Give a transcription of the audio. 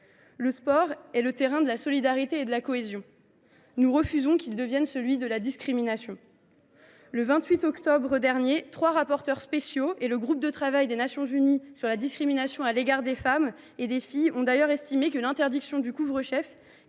Le sport est le terrain de la solidarité et de la cohésion : nous refusons qu’il devienne celui de la discrimination. Eh bien… Le 28 octobre dernier, trois rapporteurs spéciaux de l’ONU et le groupe de travail des Nations unies sur la discrimination à l’égard des femmes et des filles ont d’ailleurs estimé que l’interdiction du couvre chef,